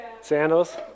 Sandals